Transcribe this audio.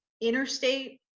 interstate